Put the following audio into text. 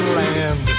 land